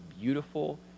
beautiful